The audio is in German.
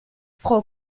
frau